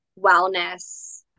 wellness